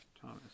Thomas